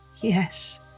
Yes